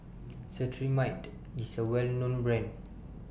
Cetrimide IS A Well known Brand